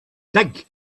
dig